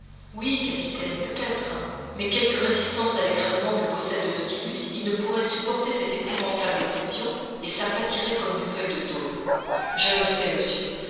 oui capitaine peut-être mais quelque résistance à l'écrasement que possède le nautilus il ne pourrait supporter cette épouvantable pression et s'aplatirait comme une feuille de tôle je le sais monsieur